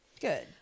Good